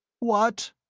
what?